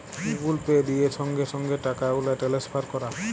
Google Pay দিয়ে সংগে সংগে টাকাগুলা টেলেসফার ক্যরা